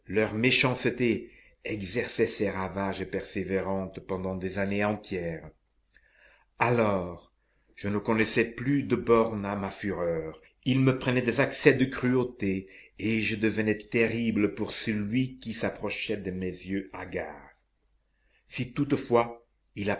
leur méchanceté exerçait ses ravages persévérants pendant des années entières alors je ne connaissais plus de borne à ma fureur il me prenait des accès de cruauté et je devenais terrible pour celui qui s'approchait de mes yeux hagards si toutefois il